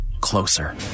closer